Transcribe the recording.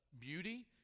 beauty